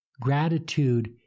Gratitude